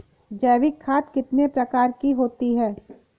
जैविक खाद कितने प्रकार की होती हैं?